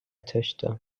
töchter